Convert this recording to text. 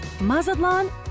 Mazatlan